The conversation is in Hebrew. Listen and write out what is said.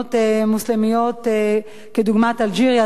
מדינות מוסלמיות כדוגמת אלג'יריה,